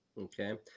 Okay